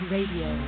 Radio